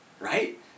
Right